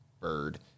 bird